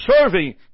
serving